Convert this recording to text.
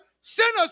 sinners